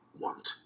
want